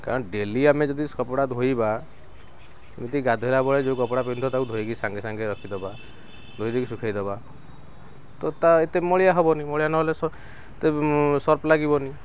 କାରଣ ଡେଲି ଆମେ ଯଦି କପଡ଼ା ଧୋଇବା ଏମିତି ଗାଧୋଇଲା ବେଳେ ଯୋଉ କପଡ଼ା ପିନ୍ଧିବା ତାକୁ ଧୋଇକି ସାଙ୍ଗେ ସାଙ୍ଗେ ରଖିଦବା ଧୋଇକି ଶୁଖେଇଦେବା ତ ତା ଏତେ ମଳିଆ ହେବନି ମଳିଆ ନହେଲେ ସର୍ଫ ଲାଗିବନି